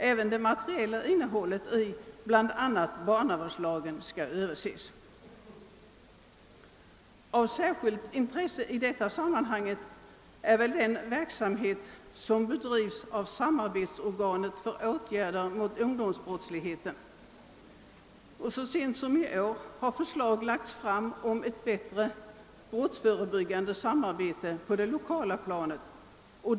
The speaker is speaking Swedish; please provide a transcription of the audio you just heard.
även det materiella innehållet i barnavårdslagen skall överses. Av särskilt intresse i detta sammanhang torde vara den verksamhet som bedrivs av samarbetsorganet för åtgärder mot ungdomsbrottsligheten. Så sent som i år har förslag lagts fram om ett bättre brottsförebyggande samarbete på det lokala planet.